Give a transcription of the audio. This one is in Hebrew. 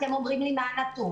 אתם אומרים לי: מה הנתון?